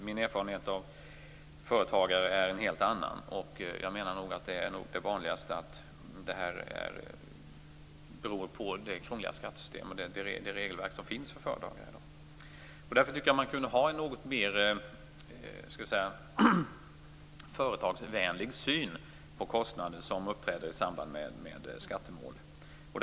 Min erfarenhet av företagare är en helt annan. Jag menar att detta beror på det krångliga skattesystem och regelverk som finns för företagare i dag. Därför tycker jag att man kunde ha en mer företagsvänlig syn på kostnader som uppträder i samband med skattemål.